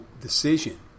decision